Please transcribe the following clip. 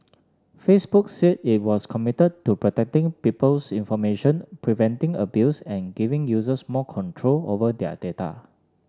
Facebook said it was committed to protecting people's information preventing abuse and giving users more control over their data